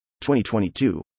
2022